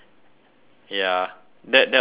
ya that that was a